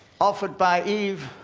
offered by eve,